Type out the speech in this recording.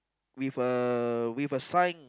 with a with a sign